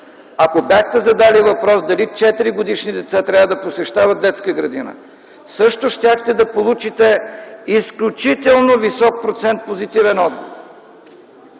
Ако бяхте задали въпрос дали четиригодишни деца трябва да посещават детска градина, също щяхте да получите изключително висок процент позитивен отговор.